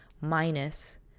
minus